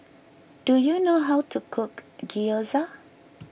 do you know how to cook Gyoza